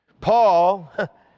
Paul